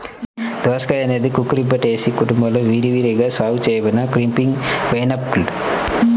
దోసకాయఅనేది కుకుర్బిటేసి కుటుంబంలో విరివిగా సాగు చేయబడిన క్రీపింగ్ వైన్ప్లాంట్